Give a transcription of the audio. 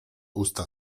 usta